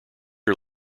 are